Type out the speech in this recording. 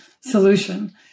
solution